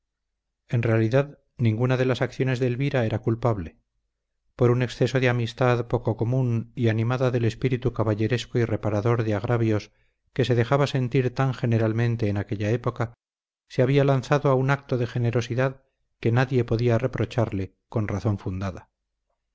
en realidad ninguna de las acciones de elvira era culpable por un exceso de amistad poco común y animada del espíritu caballeresco y reparador de agravios que se dejaba sentir tan generalmente en aquella época se había lanzado a un acto de generosidad que nadie podía reprocharle con razón fundada